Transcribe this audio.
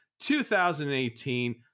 2018